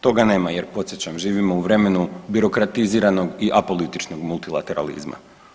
Toga nema jer podsjećam živimo u vremenu birokratiziranog i apolitičnog multilateralizma.